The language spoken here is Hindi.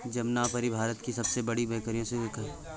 जमनापारी भारत की सबसे बड़ी बकरियों में से एक है